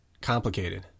complicated